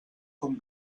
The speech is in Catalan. com